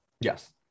yes